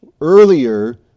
earlier